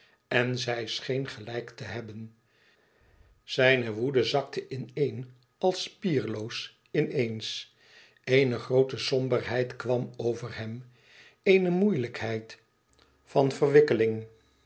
en zij scheen gelijk te hebben zijne woede zakte in-een als spierloos in eens eene groote somberheid kwam over hem eene moeilijkheid van verwikkeling